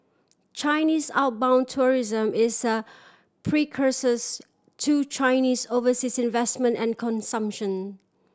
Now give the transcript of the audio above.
Chinese outbound tourism is a precursors to Chinese overseas investment and consumption